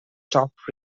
top